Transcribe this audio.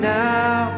now